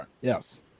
Yes